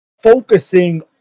focusing